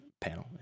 panel